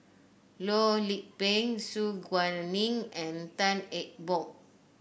Loh Lik Peng Su Guaning and Tan Eng Bock